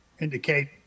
indicate